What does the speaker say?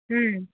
হুম